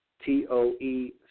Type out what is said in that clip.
T-O-E